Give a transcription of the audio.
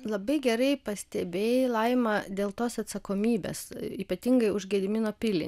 labai gerai pastebėjai laima dėl tos atsakomybės ypatingai už gedimino pilį